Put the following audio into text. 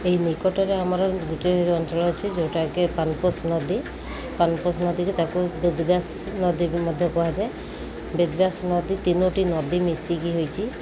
ଏହି ନିକଟରେ ଆମର ଗୋଟେ ଅଞ୍ଚଳ ଅଛି ଯେଉଁଟାକି କି ପାାନପୋଷ ନଦୀ ପାାନପୋଷ ନଦୀରେ ତାକୁ ବେଦବ୍ୟାସ ନଦୀ ମଧ୍ୟ କୁହାଯାଏ ବେଦବ୍ୟାସ ନଦୀ ତିନୋଟି ନଦୀ ମିଶିକି ହୋଇଛି